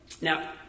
Now